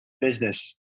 business